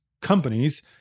companies